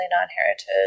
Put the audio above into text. non-heritage